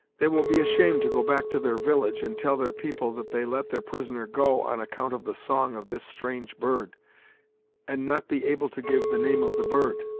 they will be ashamed to go back to their village, and tell their people that they let their prisoner go on account of the song of this strange bird and not be able to give the name of the bird.